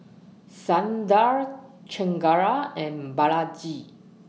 Sundar Chengara and Balaji